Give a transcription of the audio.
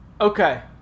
Okay